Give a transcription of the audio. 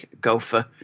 Gopher